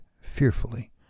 fearfully